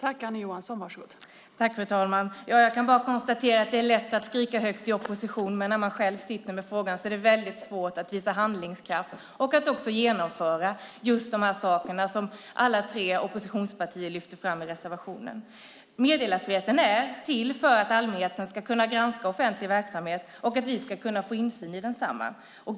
Fru talman! Jag kan bara konstatera att det är lätt att skrika högt i opposition, men när man själv sitter med frågan är det väldigt svårt att visa handlingskraft och att genomföra just de saker som alla tre oppositionspartier lyfter fram i reservationen. Meddelarfriheten är till för att allmänheten ska kunna granska offentlig verksamhet och att vi ska kunna få insyn i densamma.